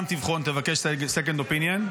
גם תבחן, תבקש second opinion,